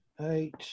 eight